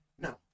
no